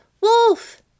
wolf